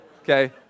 okay